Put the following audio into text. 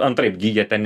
antraip gi jie ten